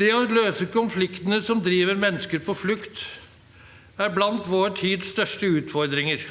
Det å løse konfliktene som driver mennesker på flukt, er blant vår tids største utfordringer.